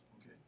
Okay